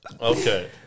Okay